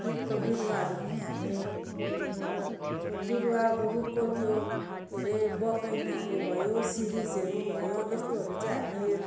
रुखको बिरुवाहरू पनि हामी अब बिरुवा अब रुखको त्यो के अरे बकैनाहरू भयो सिरिसहरू भयो यस्तोहरू चाहिँ हामी